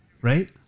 right